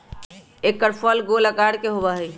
एकर फल गोल आकार के होबा हई